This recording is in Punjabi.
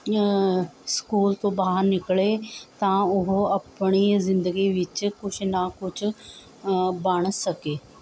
ਸਕੂਲ ਤੋਂ ਬਾਹਰ ਨਿਕਲੇ ਤਾਂ ਉਹ ਆਪਣੀ ਜ਼ਿੰਦਗੀ ਵਿੱਚ ਕੁਛ ਨਾ ਕੁਛ ਬਣ ਸਕੇ